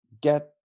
get